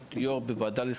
כוועדה,